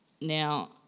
Now